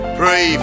pray